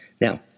Now